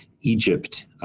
Egypt